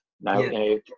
No